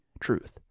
truth